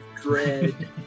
Dread